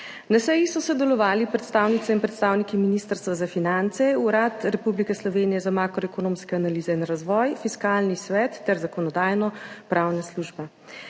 Na seji so sodelovali predstavnice in predstavniki Ministrstva za finance, Urad Republike Slovenije za makroekonomske analize in razvoj, Fiskalni svet ter Zakonodajno-pravna služba.